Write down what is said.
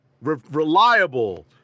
reliable